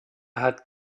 hat